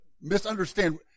misunderstand